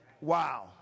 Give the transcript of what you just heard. Wow